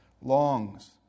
longs